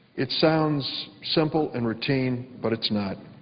it sounds simple and routine, but it's not.